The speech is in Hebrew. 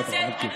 אז בבקשה אוקיי,